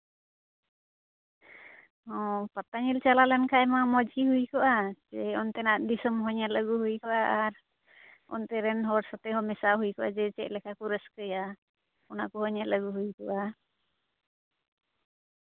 ᱚ ᱯᱟᱛᱟ ᱧᱮᱞ ᱪᱟᱞᱟᱣ ᱞᱮᱱᱠᱷᱟᱱ ᱢᱟ ᱢᱚᱡᱽᱜᱮ ᱦᱩᱭ ᱠᱟᱜᱼᱟ ᱡᱮ ᱚᱱᱛᱮᱱᱟᱜ ᱫᱤᱥᱚᱢ ᱦᱚᱸ ᱧᱮᱞ ᱟᱹᱜᱩ ᱦᱩᱭ ᱠᱚᱜᱼᱟ ᱟᱨ ᱚᱱᱛᱮ ᱨᱮᱱ ᱦᱚᱲ ᱥᱟᱛᱮ ᱦᱚᱸ ᱢᱮᱥᱟ ᱦᱩᱭ ᱠᱚᱜᱼᱟ ᱡᱮ ᱪᱮᱫᱞᱮᱠᱟ ᱠᱚ ᱨᱟᱹᱥᱠᱟᱹᱭᱟ ᱚᱱᱟ ᱠᱚᱦᱚᱸ ᱧᱮᱞ ᱟᱹᱜᱩ ᱦᱩᱭ ᱠᱚᱜᱼᱚ